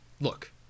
look